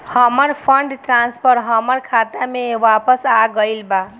हमर fund transfer हमर खाता में वापस आ गईल बा